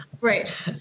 Right